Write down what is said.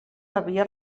havia